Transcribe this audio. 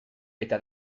eta